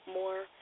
more